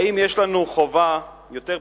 האם יש לנו חובה יותר בסיסית,